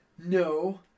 No